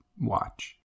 watch